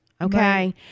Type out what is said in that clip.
Okay